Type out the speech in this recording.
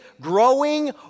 growing